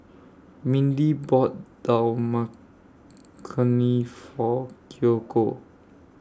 Mindy bought Dal Makhani For Kiyoko